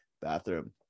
bathroom